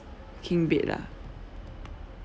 king bed lah